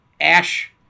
ash